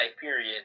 period